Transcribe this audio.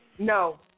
No